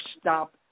stop